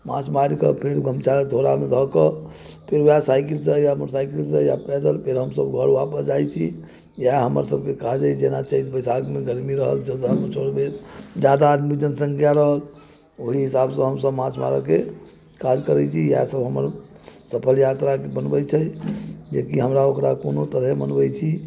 माछ मारि के फेर गमछा या झोरा मे धऽ कऽ फेर वएह साइकिल से या मोटरसाइकिल सँ या पैदल फेर हमसब घर वापस जाइ छी इएह हमर सबके काज अय जेना चैत बैसाख मे गरमी रहल जादा हम चलबै जादा आदमी जनसंख्या रहल ओहि हिसाब सँ हमसब माछ मारअ के काज करै छी इएह सब हमर सफल यात्रा के बनबै छै जेकि हमरा ओकरा कोनो तरह मनबै छी